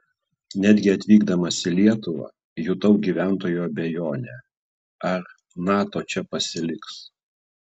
netgi atvykdamas į lietuvą jutau gyventojų abejonę ar nato čia pasiliks